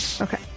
okay